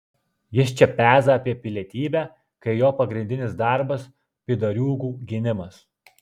jis čia peza apie pilietybę kai jo pagrindinis darbas pydariūgų gynimas